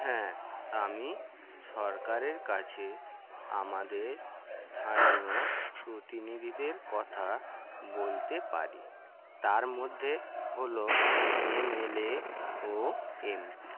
হ্যাঁ আমি সরকারের কাছে আমাদের স্থানীয় প্রতিনিধিদের কথা বলতে পারি তার মধ্যে হল এমএলএ ও এমপি